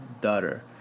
daughter